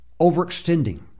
overextending